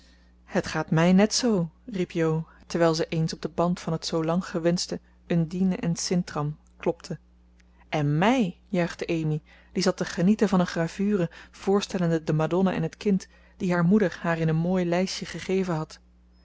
het gaat mij net zoo riep jo terwijl zij eens op den band van het zoo lang gewenschte undine en sintram klopte en mij juichte amy die zat te genieten van een gravure voorstellende de madonna en het kind die haar moeder haar in een mooi lijstje gegeven had